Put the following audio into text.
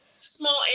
Small